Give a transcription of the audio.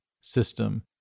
system